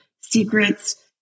secrets